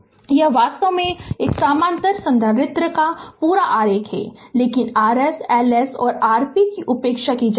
Refer slide time 3028 यह वास्तव में एक समानांतर संधारित्र का पूरा आरेख है लेकिन Rs Lsऔर Rp की उपेक्षा की जाएगी